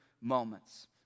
moments